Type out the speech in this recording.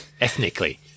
ethnically